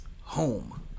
home